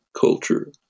culture